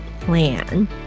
plan